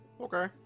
Okay